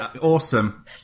awesome